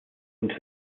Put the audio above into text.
unter